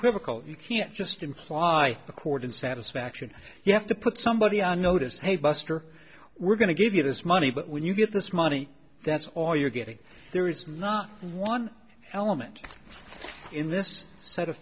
unequivocal you can't just imply a court in satisfaction you have to put somebody on notice hey buster we're going to give you this money but when you get this money that's all you're getting there is not one element in this set of